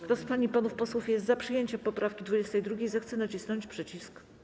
Kto z pań i panów posłów jest za przyjęciem poprawki 22., zechce nacisnąć przycisk.